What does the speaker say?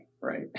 right